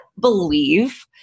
believe